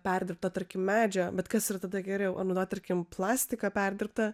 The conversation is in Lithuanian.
perdirbta tarkim medžio bet kas tada geriau ar naudoti tarkim plastiką perdirbtą